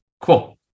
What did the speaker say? cool